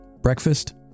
breakfast